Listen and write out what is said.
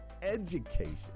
education